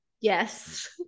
Yes